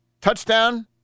touchdown